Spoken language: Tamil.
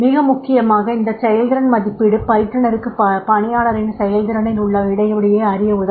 மிக முக்கியமாக இந்த செயல்திறன் மதிப்பீடு பயிற்றுனருக்கு பணியாளரின் செயல்திறனில் உள்ள இடைவெளியை அறிய உதவும்